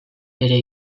ere